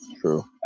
true